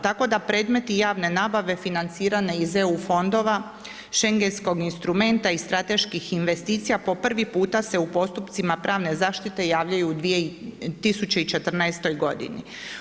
Tako da predmeti javne nabave financirane iz eu fondova, Schengenskog instrumenta i strateških investicija, po prvi puta se u postupcima pravne zaštite javljaju u 2014. godini.